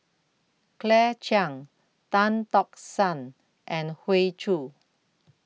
Claire Chiang Tan Tock San and Hoey Choo